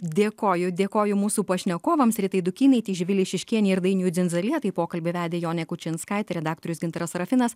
dėkoju dėkoju mūsų pašnekovams ritai dukynaitei živilei šiškienei ir dainiui dzindzalietai pokalbį vedė jonė kučinskaitė redaktorius gintaras sarafinas